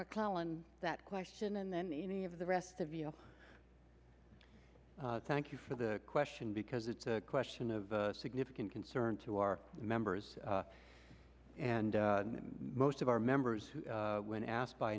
mcclellan that question and then any of the rest of you know thank you for the question because it's a question of significant concern to our members and most of our members who when asked by